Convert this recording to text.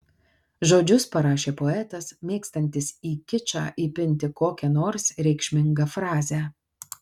žodžius parašė poetas mėgstantis į kičą įpinti kokią nors reikšmingą frazę